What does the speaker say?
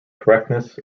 correctness